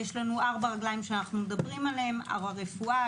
יש לנו ארבע רגליים שאנחנו מדברים עליהן: הרפואה,